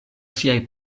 siaj